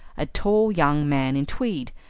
a tall young man in tweed,